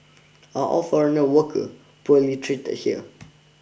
are all foreigner worker poorly treated here